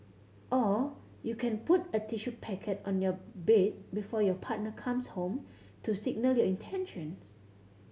or you can put a tissue packet on your bed before your partner comes home to signal your intentions